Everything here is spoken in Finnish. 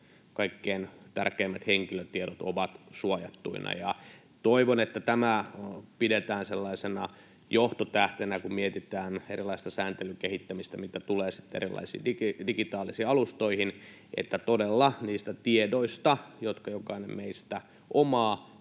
kaikkein tärkeimmät henkilötiedot ovat suojattuina. Toivon, että tämä pidetään sellaisena johtotähtenä, kun mietitään erilaista sääntelyn kehittämistä. Mitä tulee sitten erilaisiin digitaalisiin alustoihin, niin todella niiden tietojen osalta, jotka jokainen meistä omaa,